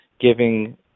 giving